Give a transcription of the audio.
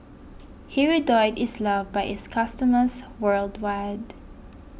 Hirudoid is loved by its customers worldwide